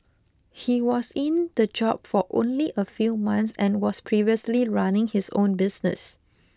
he was in the job for only a few months and was previously running his own business